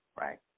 right